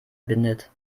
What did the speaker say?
bindet